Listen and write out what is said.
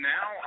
Now